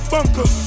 Bunker